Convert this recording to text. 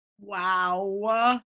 Wow